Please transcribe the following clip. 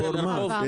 יש פורמט.